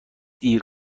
دیر